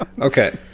Okay